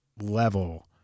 level